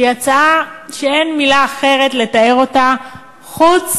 שהיא הצעה שאין מילה אחרת לתאר אותה חוץ